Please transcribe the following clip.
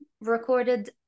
recorded